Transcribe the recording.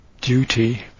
duty